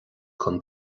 don